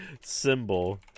symbol